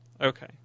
Okay